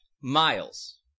miles